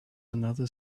another